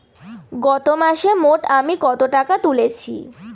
গত মাসে মোট আমি কত টাকা তুলেছি?